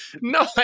No